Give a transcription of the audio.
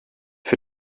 für